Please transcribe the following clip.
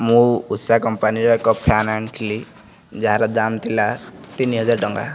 ମୁଁ ଉଷା କମ୍ପାନୀର ଏକ ଫ୍ୟାନ ଆଣିଥିଲି ଯାହାର ଦାମ ଥିଲା ତିନିହଜାର ଟଙ୍କା